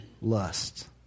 lust